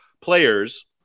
players